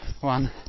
One